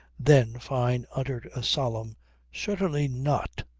then fyne uttered a solemn certainly not,